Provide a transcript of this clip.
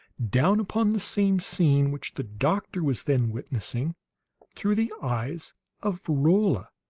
down upon the same scene which the doctor was then witnessing through the eyes of rolla,